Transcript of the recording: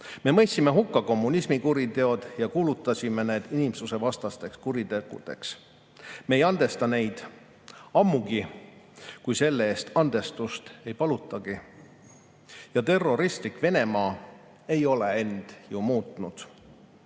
Me mõistsime hukka kommunismi kuriteod ja kuulutasime need inimsusvastasteks kuritegudeks. Me ei andesta neid, ammugi kui selle eest andestust ei palutagi. Terroristlik Venemaa ei ole ju end